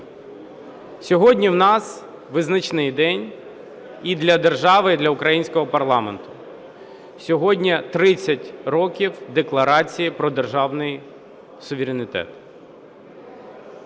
Сьогодні у нас визначний день і для держави, і для українського парламенту. Сьогодні 30 років Декларації про державний суверенітет.